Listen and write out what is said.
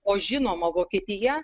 o žinoma vokietija